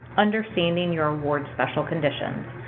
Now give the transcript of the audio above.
understanding your award special conditions,